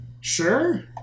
Sure